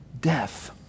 death